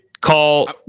call